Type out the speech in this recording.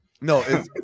No